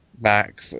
back